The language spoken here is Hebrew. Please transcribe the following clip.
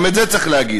גם את זה צריך להגיד.